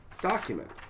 document